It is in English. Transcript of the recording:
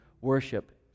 worship